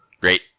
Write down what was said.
Great